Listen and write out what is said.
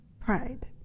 pride